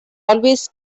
always